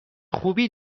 خوبی